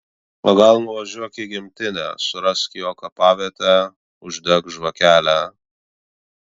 o gal nuvažiuok į gimtinę surask jo kapavietę uždek žvakelę